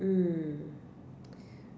mm